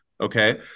okay